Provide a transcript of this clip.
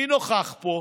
מי נכח פה?